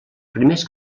primers